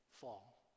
fall